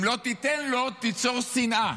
אם לא תיתן לו, תיצור שנאה,